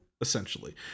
essentially